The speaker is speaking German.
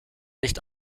nicht